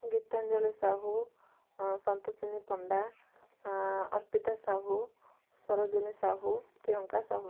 Gitanjali Sahu Santoshini Panda Arpita Sahu Sarojini Sahu Priyanka Sahu